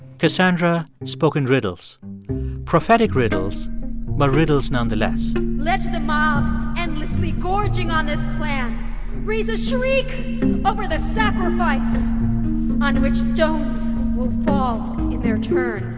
cassandra spoke in riddles prophetic riddles but riddles nonetheless let the mob endlessly gorging on this clan raise a shriek over the sacrifice on which stones will fall in their turn